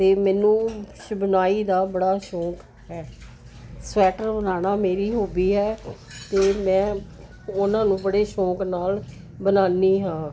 ਅਤੇ ਮੈਨੂੰ ਸ਼ਿਵਨਾਈ ਦਾ ਬੜਾ ਸ਼ੌਂਕ ਹੈ ਸਵੈਟਰ ਬਣਾਉਣਾ ਮੇਰੀ ਹੋਬੀ ਹੈ ਅਤੇ ਮੈਂ ਉਹਨਾਂ ਨੂੰ ਬੜੇ ਸ਼ੌਂਕ ਨਾਲ ਬਣਾਉਂਦੀ ਹਾਂ